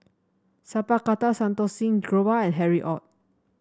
Sat Pal Khattar Santokh Singh Grewal and Harry Ord